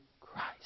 Christ